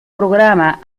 programa